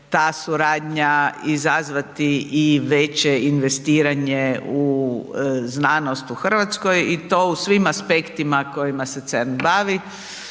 ta suradnja izazvati i veće investiranje u znanost u Hrvatskoj i to u svim aspektima kojima se CERN bavi,